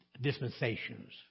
dispensations